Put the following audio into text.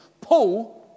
Paul